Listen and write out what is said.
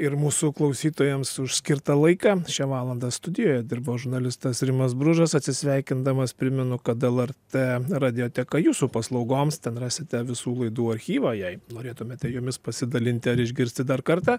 ir mūsų klausytojams už skirtą laiką šią valandą studijoje dirbo žurnalistas rimas bružas atsisveikindamas primenu kad lrt radijo teka jūsų paslaugoms ten rasite visų laidų archyvą jei norėtumėte jomis pasidalinti ar išgirsti dar kartą